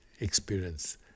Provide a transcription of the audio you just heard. experience